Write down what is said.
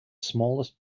smallest